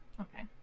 Okay